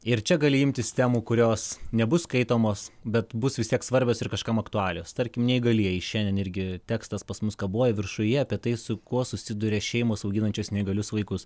ir čia gali imtis temų kurios nebus skaitomos bet bus vis tiek svarbios ir kažkam aktualios tarkim neįgalieji šiandien irgi tekstas pas mus kabojo viršuje apie tai su kuo susiduria šeimos auginančios neįgalius vaikus